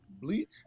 Bleach